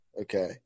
Okay